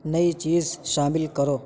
نئی چیز شامل کرو